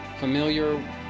Familiar